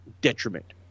detriment